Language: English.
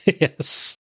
Yes